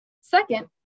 Second